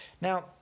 Now